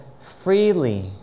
freely